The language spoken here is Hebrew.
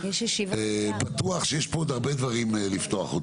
אני בטוח שיש פה עוד הרבה דברים לפתוח.